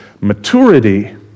Maturity